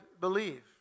believe